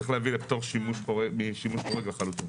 צריך להביא לפטור משימוש חורג לחלוטין.